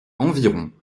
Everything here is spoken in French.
environ